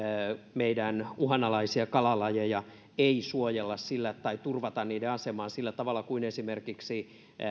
meidän uhanalaisia kalalajejamme ei suojella tai turvata niiden asemaa sillä tavalla kuin esimerkiksi